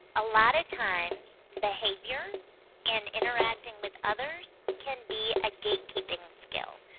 a lot of times, behavior and interacting with others can be a gatekeeping skill.